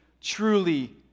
truly